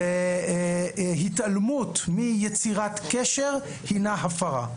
התעלמות מיצירת קשר היא הפרה.